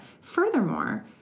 Furthermore